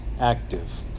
active